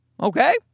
Okay